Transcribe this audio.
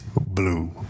blue